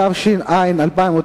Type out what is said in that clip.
התש"ע 2009,